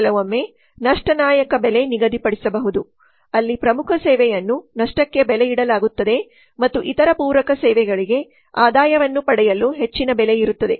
ಕೆಲವೊಮ್ಮೆ ನಷ್ಟ ನಾಯಕ ಬೆಲೆ ನಿಗದಿಪಡಿಸಬಹುದು ಅಲ್ಲಿ ಪ್ರಮುಖ ಸೇವೆಯನ್ನು ನಷ್ಟಕ್ಕೆ ಬೆಲೆಯಿಡಲಾಗುತ್ತದೆ ಮತ್ತು ಇತರ ಪೂರಕ ಸೇವೆಗಳಿಗೆ ಆದಾಯವನ್ನು ಪಡೆಯಲು ಹೆಚ್ಚಿನ ಬೆಲೆಯಿರುತ್ತದೆ